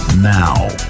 Now